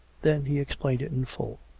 then he explained it in full.